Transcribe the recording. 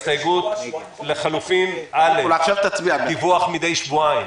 הסתייגות לחלופין א', דיווח מידי שבועיים.